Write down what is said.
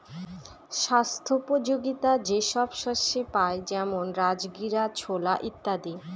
স্বাস্থ্যোপযোগীতা যে সব শস্যে পাই যেমন রাজগীরা, ছোলা ইত্যাদি